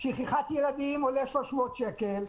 שכחת ילדים 300 שקל,